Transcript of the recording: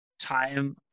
time –